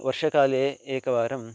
वर्षकाले एकवारं